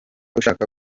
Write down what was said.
ushaka